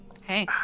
Hey